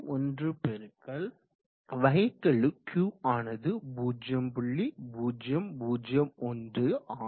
81 பெருக்கல் வகைக்கெழு Q ஆனது 0